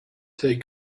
take